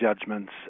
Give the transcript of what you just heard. judgments